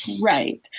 Right